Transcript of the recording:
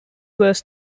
was